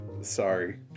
Sorry